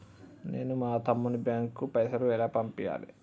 నేను మా తమ్ముని బ్యాంకుకు పైసలు ఎలా పంపియ్యాలి?